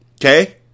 Okay